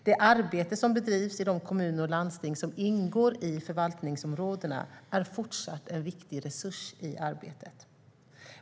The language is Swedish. Det arbete som bedrivs i de kommuner och landsting som ingår i förvaltningsområdena är fortsatt en viktig resurs i arbetet.